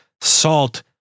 salt